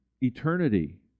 eternity